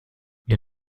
ihr